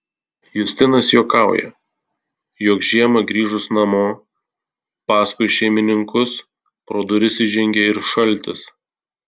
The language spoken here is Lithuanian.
justinas juokauja jog žiemą grįžus namo paskui šeimininkus pro duris įžengia ir šaltis